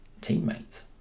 teammates